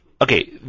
okay